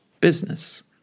business